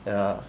ya